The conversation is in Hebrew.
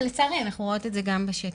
אבל לצערי אנחנו רואות את זה גם בשטח.